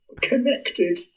Connected